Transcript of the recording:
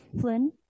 Flynn